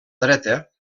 dreta